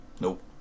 Nope